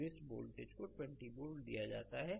और इस वोल्टेज को 20 वोल्ट दिया जाता है